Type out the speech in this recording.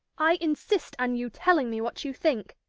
i insist on you telling me what you think.